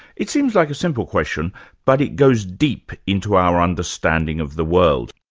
it seems like a simple question but it goes deep into our understanding of the world.